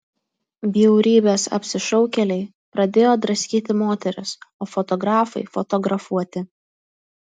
bjaurybės apsišaukėliai pradėjo draskyti moteris o fotografai fotografuoti